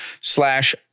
slash